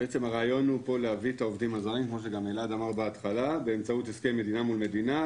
הרעיון פה הוא להביא את העובדים הזרים באמצעות הסכם מדינה מול מדינה,